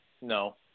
No